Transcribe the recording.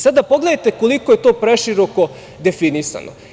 Sada, pogledajte koliko je to preširoko definisano.